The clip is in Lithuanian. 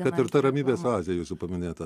kad ir ta ramybės oazė jūsų paminėta